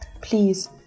Please